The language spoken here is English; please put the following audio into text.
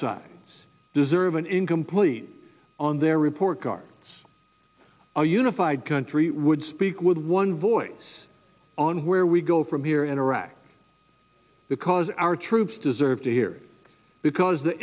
sides deserve an incomplete on their report card a unified country would speak with one voice on where we go from here in iraq because our troops deserve to hear because the